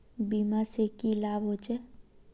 बीमा से की लाभ होचे?